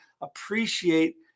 appreciate